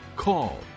call